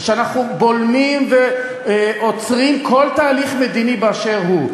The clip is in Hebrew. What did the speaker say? שאנחנו בולמים ועוצרים כל תהליך מדיני באשר הוא.